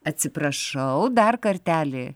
atsiprašau dar kartelį